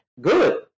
good